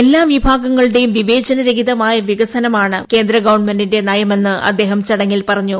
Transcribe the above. എല്ലാ വിഭാഗങ്ങളുടെയും വിവേചനരഹിതമായ വികസനമാണ് ഗവൺമെന്റിന്റെ നയമെന്ന് അദ്ദേഹം ചടങ്ങിൽ പറഞ്ഞു